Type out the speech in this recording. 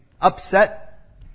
upset